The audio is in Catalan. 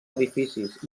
edificis